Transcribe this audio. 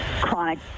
chronic